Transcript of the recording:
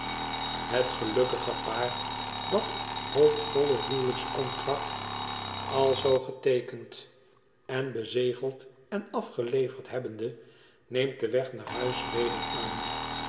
het gelukkige paar dat hoopvolle huwelijkscontract alzoo geteekend en bezegeld en afgeleverd hebbende neemt den weg naar huis weder aan